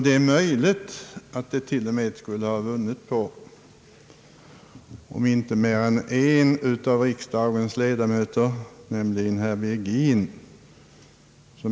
Det är möjligt att debatten t.o.m. skulle ha vunnit på om inte mer än en av ledamöterna yttrat sig, nämligen herr Virgin.